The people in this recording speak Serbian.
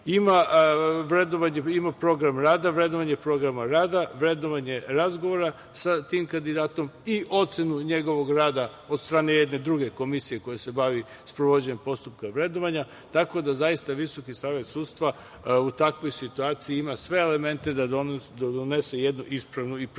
ima program rada, vrednovanje programa rada, vrednovanje razgovora sa tim kandidatom i ocenu njegovog rada od strane jedne druge komisije koja se bavi sprovođenjem postupka vrednovanja, tako da Visoki savet sudstva u takvoj situaciji ima sve elemente da donese jednu ispravnu i pravilnu